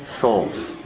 souls